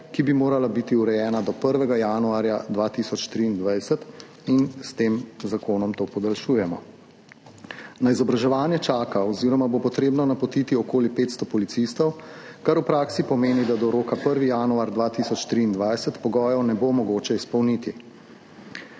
ki bi morala biti urejena do 1. januarja 2023, in s tem zakonom to podaljšujemo. Na izobraževanje čaka oziroma bo treba napotiti okoli 500 policistov, kar v praksi pomeni, da do roka 1. januar 2023 pogojev ne bo mogoče izpolniti.